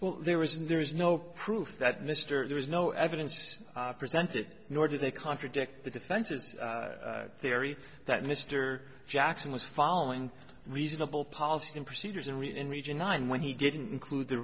well there was there is no proof that mr there was no evidence presented nor did they contradict the defense's theory that mr jackson was following reasonable policies and procedures and we in region nine when he didn't include the